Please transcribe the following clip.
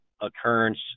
occurrence